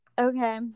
Okay